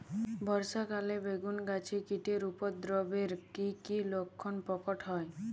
বর্ষা কালে বেগুন গাছে কীটের উপদ্রবে এর কী কী লক্ষণ প্রকট হয়?